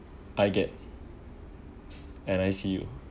I get and I see you